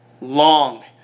Long